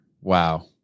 Wow